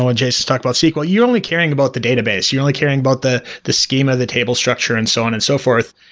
jason talked about sql. you're only caring about the database. you're only caring about the the schema, the table structure, and so on and so forth.